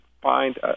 find